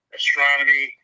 astronomy